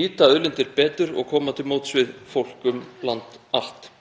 nýta auðlindir betur og koma til móts við fólk um land allt.